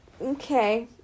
Okay